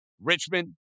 Richmond